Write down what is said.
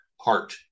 heart